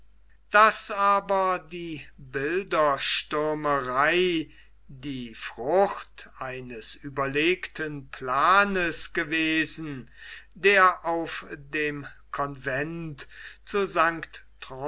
daß aber die bilderstürmerei die frucht eines überlegten planes gewesen der aus dem convent zu st